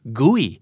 gooey